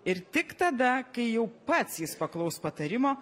ir tik tada kai jau pats jis paklaus patarimo